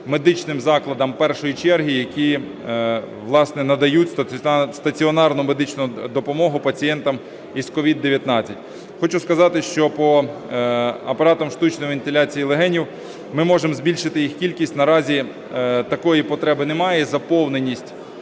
медичним закладам першої черги, які, власне, надають стаціонарну медичну допомогу пацієнтам із COVID-19. Хочу сказати, що по апаратам штучної вентиляції легенів, ми можемо збільшити їх кількість, наразі такої потреби немає